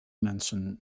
mensen